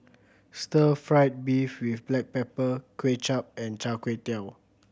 stir fried beef with black pepper Kuay Chap and Char Kway Teow